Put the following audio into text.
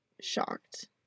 shocked